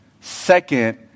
second